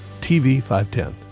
TV510